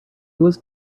was